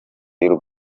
y’u